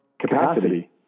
capacity